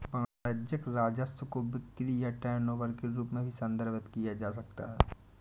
वाणिज्यिक राजस्व को बिक्री या टर्नओवर के रूप में भी संदर्भित किया जा सकता है